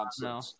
no